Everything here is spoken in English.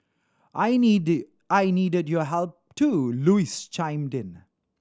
I needed I needed your help too Louise chimed in